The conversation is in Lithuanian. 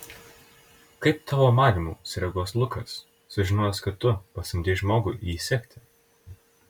kaip tavo manymu sureaguos lukas sužinojęs kad tu pasamdei žmogų jį sekti